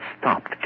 stopped